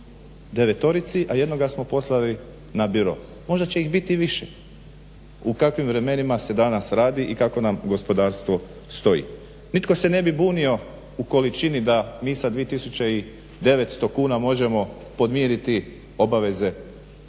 a jednoga smo poslali na biro. Možda će ih biti više u kakvim vremenima se danas radi i kako nam gospodarstvo stoji. Nitko se ne bi bunio u količini da mi sa 2900 kuna možemo podmiriti obaveze